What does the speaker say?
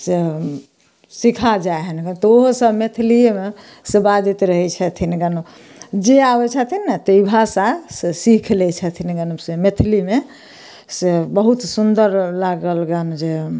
से सिखा जाए हन तऽ ओहोसब मैथलीएमे से बाजैत रहै छथिन जानु जे आबै छथिन ने तऽ ई भाषा से सीख लै छथिन जानु से मैथलीमे से बहुत सुन्दर लागल जानु जे हम